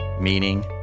meaning